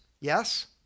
yes